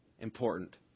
important